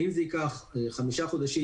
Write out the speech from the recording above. האם זה ייקח חמישה חודשים,